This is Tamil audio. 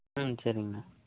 ம் சரிங்கண்ணா